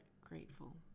grateful